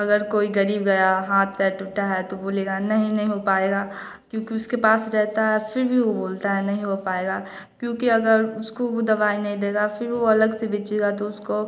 अगर कोई गरीब गया हाथ पैर टूटा है तो बोलेगा नहीं नहीं हो पाएगा क्योंकि उसके पास रहता है फ़िर भी वह बोलता है नहीं हो पाएगा क्योंकि अगर उसको वह दवाई नहीं देगा फ़िर वह अलग से बेचेगा तो उसको